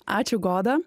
ačiū goda